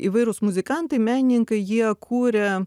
įvairūs muzikantai menininkai jie kuria